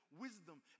wisdom